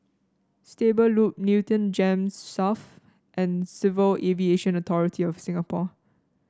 Stable Loop Newton Gems South and Civil Aviation Authority of Singapore